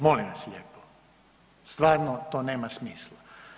Molim vas lijepo, stvarno to nema smisla.